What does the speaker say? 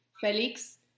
Felix